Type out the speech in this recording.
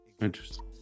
Interesting